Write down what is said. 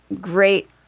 great